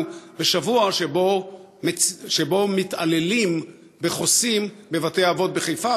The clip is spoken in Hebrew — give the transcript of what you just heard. בשבוע שבו מתעללים בחוסים בבתי-אבות בחיפה,